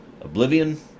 Oblivion